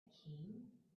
king